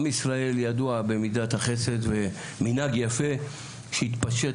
ישראל ידוע במידת החסד ומנהג יפה שהתפשט,